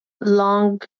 long